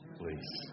please